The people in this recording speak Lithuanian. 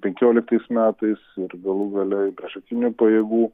penkioliktais metais ir galų gale i priešakinių pajėgų